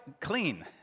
clean